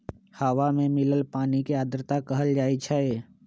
हवा में मिलल पानी के आर्द्रता कहल जाई छई